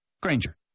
Granger